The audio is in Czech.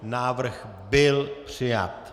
Návrh byl přijat.